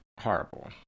horrible